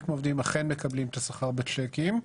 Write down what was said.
מהעובדים אכן מקבלים את השכר בצ'קים,